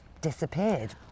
disappeared